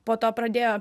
po to pradėjo